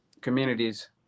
communities